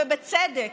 ובצדק.